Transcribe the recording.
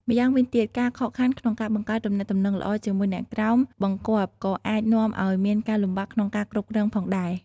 ម្យ៉ាងវិញទៀត ការខកខានក្នុងការបង្កើតទំនាក់ទំនងល្អជាមួយអ្នកក្រោមបង្គាប់ក៏អាចនាំឱ្យមានការលំបាកក្នុងការគ្រប់គ្រងផងដែរ។